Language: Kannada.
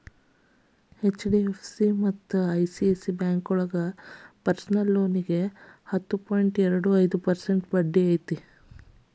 ಎಚ್.ಡಿ.ಎಫ್.ಸಿ ಮತ್ತ ಐ.ಸಿ.ಐ.ಸಿ ಬ್ಯಾಂಕೋಳಗ ಪರ್ಸನಲ್ ಲೋನಿಗಿ ಹತ್ತು ಪಾಯಿಂಟ್ ಎರಡು ಐದು ಪರ್ಸೆಂಟ್ ಬಡ್ಡಿ ಐತಿ